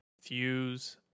Fuse